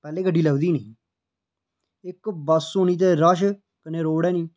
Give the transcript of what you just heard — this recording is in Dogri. पैह्लें गड्डी लब्भनी निं ते इक बस्स होनी ते रश कन्नै रोड़ ऐ निं